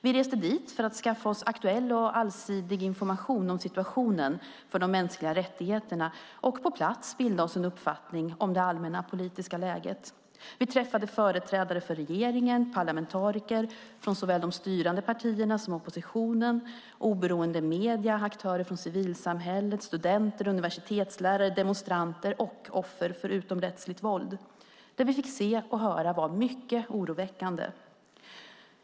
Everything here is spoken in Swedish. Vi åkte dit för att skaffa oss aktuell och allsidig information om situationen för de mänskliga rättigheterna och på plats bilda oss en uppfattning om det allmänna politiska läget. Vi träffade företrädare för regeringen, parlamentariker från såväl de styrande partierna som oppositionen, oberoende medier, aktörer från civilsamhället, studenter, universitetslärare, demonstranter och offer för utomrättsligt våld. Det vi fick se och höra var mycket oroväckande.